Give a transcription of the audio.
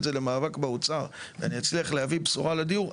זה למאבק באוצר ואני אצליח להביא בשורה לדיור,